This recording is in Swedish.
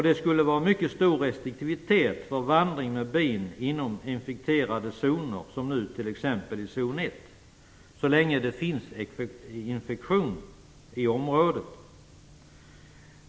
Det skulle vara mycket stor restriktivitet för vandring med bin inom infekterade zoner, som nu t.ex. i zon 1, så länge det finns infektion i området.